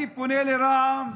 אני פונה לרע"מ